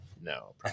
no